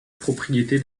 propriété